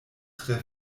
tre